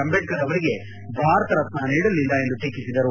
ಅಂಬೇಡ್ತರ್ ಅವರಿಗೆ ಭಾರತ ರತ್ನ ನೀಡಲಿಲ್ಲ ಎಂದು ಟೀಕಿಸಿದರು